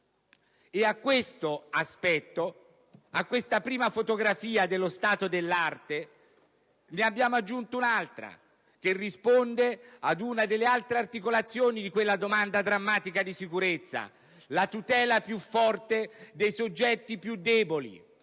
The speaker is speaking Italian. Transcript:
A questo aspetto, a questa prima fotografia dello stato dell'arte, ne abbiamo aggiunto un'altra, che risponde ad una delle altre articolazioni drammatiche di quella domanda drammatica di sicurezza, vale a dire la tutela più forte dei soggetti più deboli